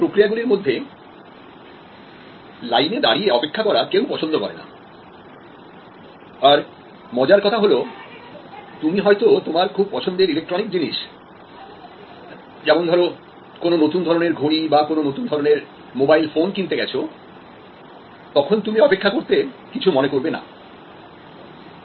এই প্রক্রিয়া গুলির মধ্যে লাইনে দাঁড়িয়ে অপেক্ষা করা কেউ পছন্দ করেনা আর মজার কথা হল তুমি হয়তো তোমার খুব পছন্দের ইলেকট্রনিক জিনিস যেমন ধরো কোন নতুন ধরনের ঘড়ি বা কোন নতুন ধরনের মোবাইল ফোন কিনতে গেছো তখন তুমি অপেক্ষা করতে কিছু মনে করবে না